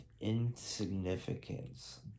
insignificance